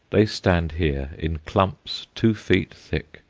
they stand here in clumps two feet thick,